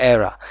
Era